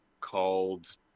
called